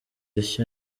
ishya